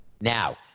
Now